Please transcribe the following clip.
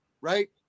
right